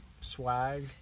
Swag